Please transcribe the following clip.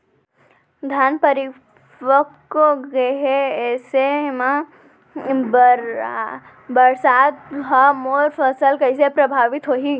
धान परिपक्व गेहे ऐसे म बरसात ह मोर फसल कइसे प्रभावित होही?